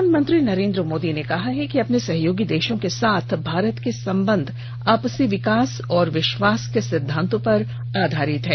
प्रधानमंत्री नरेन्द्र मोदी ने कहा कि अपने सहयोगी देशों के साथ भारत के संबंध आपसी विकास और विश्वास के सिद्धांतों पर आधारित हैं